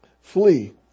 flee